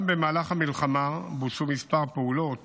גם במהלך המלחמה בוצעו כמה פעולות